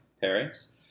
parents